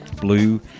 Blue